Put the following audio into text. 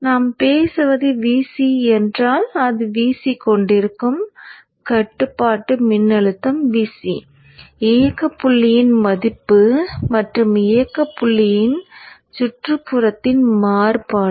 நாம் பேசுவது Vc என்றால் அது Vc கொண்டிருக்கும் கட்டுப்பாட்டு மின்னழுத்தம் Vc இயக்க புள்ளியின் மதிப்பு மற்றும் இயக்கப் புள்ளியின் சுற்றுப்புறத்தின் மாறுபாடு